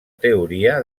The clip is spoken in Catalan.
teoria